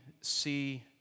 see